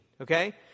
Okay